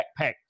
backpack